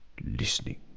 listening